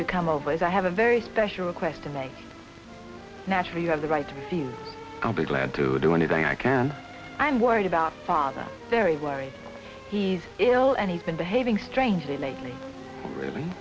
to come over is i have a very special request to make naturally you have the right to see you i'll be glad to do anything i can i'm worried about father very worried he's ill and he's been behaving strangely lately really